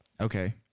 Okay